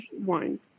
wine